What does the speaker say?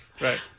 Right